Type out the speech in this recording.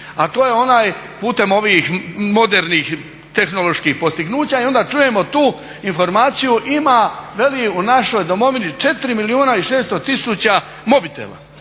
a to je onaj putem ovih modernih tehnoloških postignuća i onda čujemo tu informaciju ima u našoj domovini 4 milijuna i 600 tisuća mobitela,